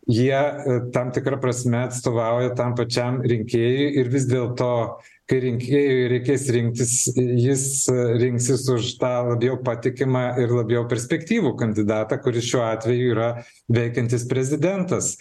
jie ir tam tikra prasme atstovauja tam pačiam rinkėjui ir vis dėl to kai rinkėjui reikės rinktis jis rinksis už tą labiau patikimą ir labiau perspektyvų kandidatą kuris šiuo atveju yra veikiantis prezidentas